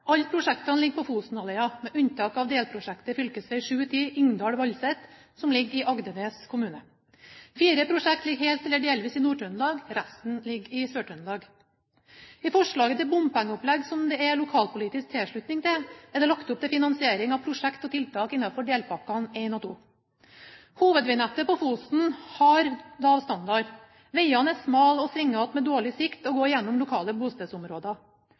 Alle prosjektene ligger på Fosenhalvøya, med unntak av delprosjektet fv. 710 Ingdal–Valset, som ligger i Agdenes kommune. Fire prosjekter ligger helt eller delvis i Nord-Trøndelag. Resten ligger i Sør-Trøndelag. I forslaget til bompengeopplegg, som det er lokalpolitisk tilslutning til, er det lagt opp til finansiering av prosjekt og tiltak innenfor delpakkene 1 og 2. Hovedvegnettet på Fosen har lav standard. Vegene er smale og svingete med dårlig sikt og går gjennom lokale bostedsområder.